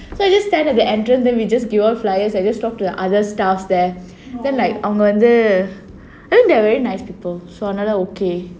so I just stand at the entrance then we just give out flyers I just talk to the other staff there then like அவங்க வந்து:avanga vandhu I mean they are very nice people so அதுனால:adhunaala okay